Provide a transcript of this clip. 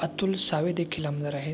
अतुल सावेदेखील आमदार आहेत